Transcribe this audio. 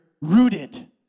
rooted